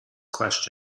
question